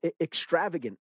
extravagant